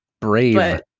Brave